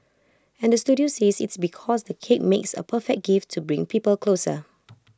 and Studio says it's because the cake makes A perfect gift to bring people closer